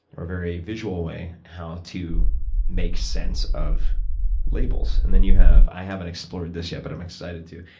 or a very visual way, how to make sense of labels. and then, you have, i haven't explored this yet, but i'm excited to,